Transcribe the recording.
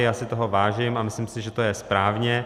Já si toho vážím a myslím si, že to je správně.